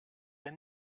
der